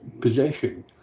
possession